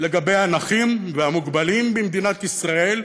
לגבי הנכים והמוגבלים במדינת ישראל.